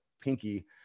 pinky